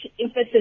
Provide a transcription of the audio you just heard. emphasis